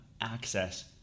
access